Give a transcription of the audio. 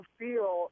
feel